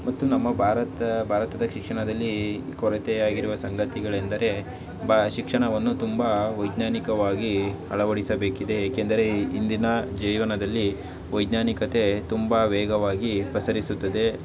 ಮತ್ತು ನಮ್ಮ ಭಾರತ ಭಾರತದ ಶಿಕ್ಷಣದಲ್ಲೀ ಕೊರತೆಯಾಗಿರುವ ಸಂಗತಿಗಳೆಂದರೆ ಬಾ ಶಿಕ್ಷಣವನ್ನು ತುಂಬ ವೈಜ್ಞಾನಿಕವಾಗಿ ಅಳವಡಿಸಬೇಕಿದೆ ಏಕೆಂದರೆ ಇಂದಿನ ಜೀವನದಲ್ಲಿ ವೈಜ್ಞಾನಿಕತೆ ತುಂಬ ವೇಗವಾಗಿ ಪಸರಿಸುತ್ತದೆ